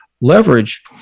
leverage